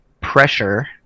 pressure